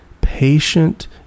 patient